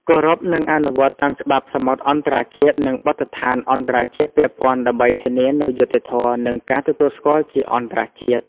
គោរព និងអនុវត្តតាមច្បាប់សមុទ្រអន្តរជាតិ និងបទដ្ឋានអន្តរជាតិពាក់ព័ន្ធ ដើម្បីធានានូវយុត្តិធម៌ និងការទទួលស្គាល់ជាអន្តរជាតិ។